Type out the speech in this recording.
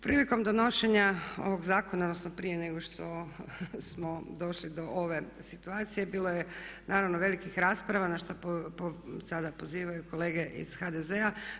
Prilikom donošenja ovoga zakona odnosno prije nego što smo došli do ove situacije bilo je naravno velikih rasprava na što sada pozivaju kolege iz HDZ-a.